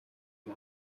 зам